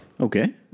Okay